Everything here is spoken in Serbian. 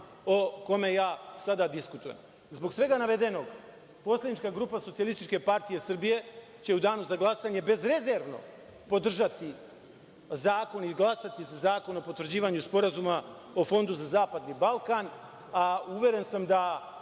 o kome ja sada diskutujem. Zbog svega navedenog, poslanička grupa SPS će u danu za glasanje bezrezervno podržati zakon i glasati za Zakon o potvrđivanju Sporazuma o Fondu za zapadni Balkan, a uveren sam da